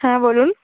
হ্যাঁ বলুন